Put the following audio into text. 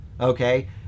okay